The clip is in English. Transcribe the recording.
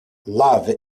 love